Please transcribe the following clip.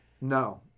No